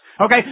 Okay